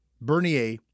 Bernier